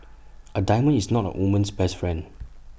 A diamond is not A woman's best friend